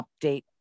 update